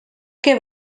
que